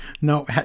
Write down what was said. No